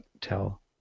tell